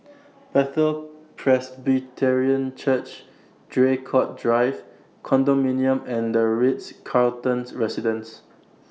Bethel Presbyterian Church Draycott Drive Condominium and The Ritz Carlton's Residences